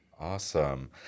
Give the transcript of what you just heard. Awesome